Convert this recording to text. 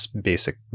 basic